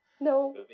No